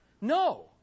No